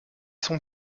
sont